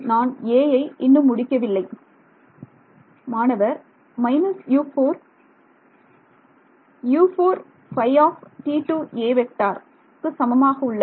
நான் 'a' ஐ இன்னும் முடிக்கவில்லை மாணவர் − U4 U4Φ T2a சமமாக உள்ளது